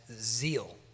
zeal